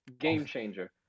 Game-changer